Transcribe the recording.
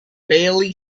barely